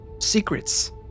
secrets